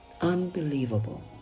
Unbelievable